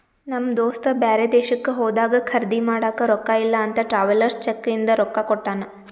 ನಮ್ ದೋಸ್ತ ಬ್ಯಾರೆ ದೇಶಕ್ಕ ಹೋದಾಗ ಖರ್ದಿ ಮಾಡಾಕ ರೊಕ್ಕಾ ಇಲ್ಲ ಅಂತ ಟ್ರಾವೆಲರ್ಸ್ ಚೆಕ್ ಇಂದ ರೊಕ್ಕಾ ಕೊಟ್ಟಾನ